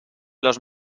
los